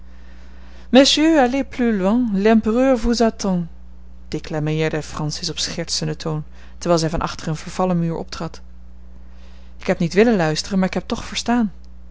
vous entend declameerde francis op schertsenden toon terwijl zij van achter een vervallen muur optrad ik heb niet willen luisteren maar ik heb toch verstaan